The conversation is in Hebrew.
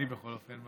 אני בכל אופן,